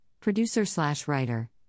producer-slash-writer